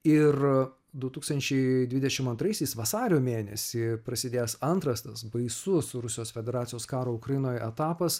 ir du tūkstančiai dvidešim antraisiais vasario mėnesį prasidėjęs antras tas baisus rusijos federacijos karo ukrainoj etapas